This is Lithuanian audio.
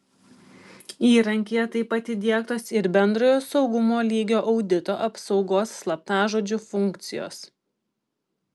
įrankyje taip pat įdiegtos ir bendrojo saugumo lygio audito apsaugos slaptažodžiu funkcijos